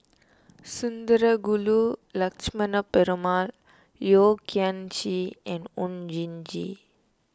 Sundarajulu Lakshmana Perumal Yeo Kian Chye and Oon Jin Gee